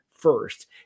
first